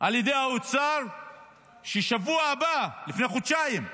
על יד האוצר שבשבוע הבא, לפני חודשיים,